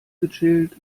gechillt